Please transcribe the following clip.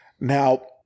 Now